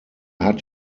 hat